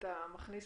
אתה מכניס